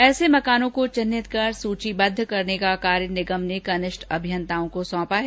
ऐसे मकानों को चिन्हित कर सूचीबद्ध करने का कार्य निगम ने कनिष्ठ अभियंताओं को सौंपा है